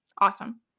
Awesome